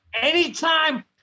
anytime